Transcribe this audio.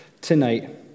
tonight